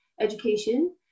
education